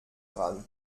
dran